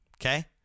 okay